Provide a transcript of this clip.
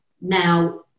now